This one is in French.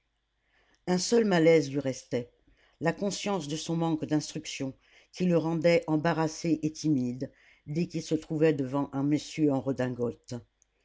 un seul malaise lui restait la conscience de son manque d'instruction qui le rendait embarrassé et timide dès qu'il se trouvait devant un monsieur en redingote